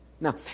Now